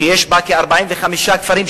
שיש בו כ-45 כפרים,